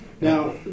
Now